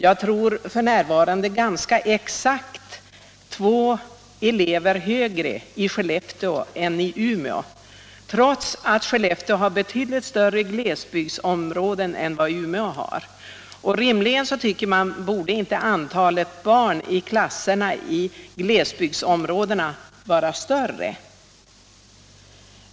— jag tror att siffran är ganska exakt — två elever högre i Skellefteå än i Umeå, trots att Skellefteå har betydligt större glesbygdsområden än Umeå. Rimligen borde antalet barn i klasserna i glesbygdsområdena inte vara större.